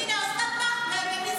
הינה, אוסנת מארק, מי זכה?